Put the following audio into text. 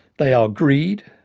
they are greed,